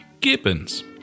Gibbons